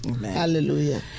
hallelujah